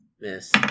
Miss